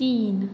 तीन